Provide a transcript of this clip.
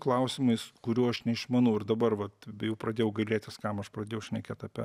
klausimais kurių aš neišmanau ir dabar vat jau pradėjau gailėtis kam aš pradėjau šnekėt apie